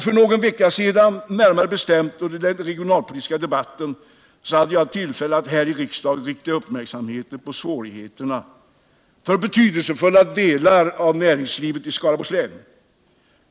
För någon vecka sedan, närmare bestämt under den regionalpolitiska debatten. hade jag tillfälle att här i riksdagen rikta uppmärksamheten på svårigheterna för betydelsefulla delar av näringslivet i Skaraborgs län.